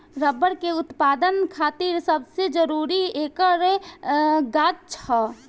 rubber के उत्पदान खातिर सबसे जरूरी ऐकर गाछ ह